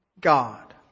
God